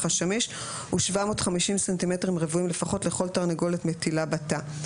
השמיש הוא 750 סנטימטרים רבועים לפחות לכל תרנגולת מטילה בתא,